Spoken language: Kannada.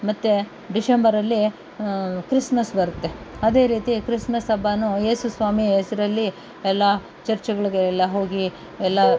ಮತ್ತೆ ಡಿಶೆಂಬರಲ್ಲಿ ಕ್ರಿಸ್ಮಸ್ ಬರುತ್ತೆ ಅದೇ ರೀತಿ ಕ್ರಿಸ್ಮಸ್ ಹಬ್ಬವೂ ಯೇಸು ಸ್ವಾಮಿ ಹೆಸ್ರಲ್ಲಿ ಎಲ್ಲ ಚರ್ಚ್ಗಳಿಗೆಲ್ಲ ಹೋಗಿ ಎಲ್ಲ